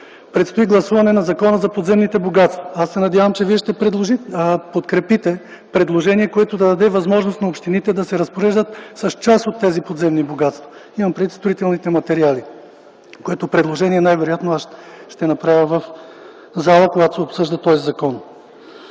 Предстои гласуване на Закона за подземните богатства. Надявам с, че вие ще подкрепите предложение, което да даде възможност на общините да се разпореждат с част от тези подземни богатства. Имам предвид строителните материали, което предложение най-вероятно аз ще направя в залата, когато се обсъжда този закон.